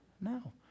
No